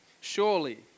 Surely